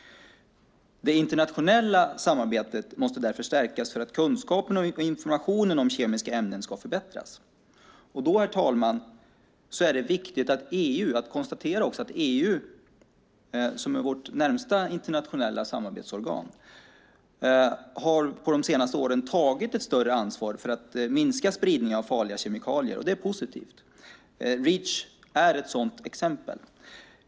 Det internationella samarbetet måste därför stärkas för att kunskapen och informationen om kemiska ämnen ska förbättras. Då, herr talman, är det viktigt att konstatera att också EU, som är vårt närmaste internationella samarbetsorgan, under de senaste åren har tagit ett större ansvar för att minska spridningen av farliga kemikalier. Det är positivt. Reach är ett sådant exempel.